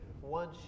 one